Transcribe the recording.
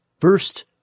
first